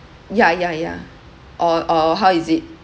ya ya ya or or how is it